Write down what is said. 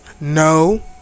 No